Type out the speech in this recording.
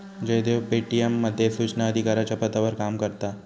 Jaydev Paytm मध्ये सुचना अधिकाराच्या पदावर काम करता हा